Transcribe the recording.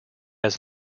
was